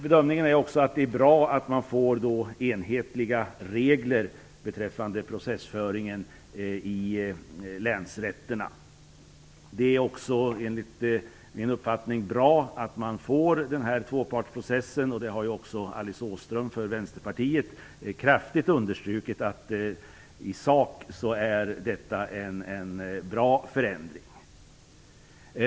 Bedömningen är också att det är bra att man får enhetliga regler beträffande processföringen i länsrätterna. Det är också enligt min uppfattning bra att man får den här tvåpartsprocessen. Alice Åström från Vänsterpartiet har också kraftigt understrukit att detta i sak är en bra förändring.